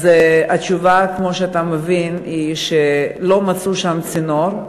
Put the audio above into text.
אז התשובה, כמו שאתה מבין, היא שלא מצאו שם צינור,